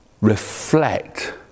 reflect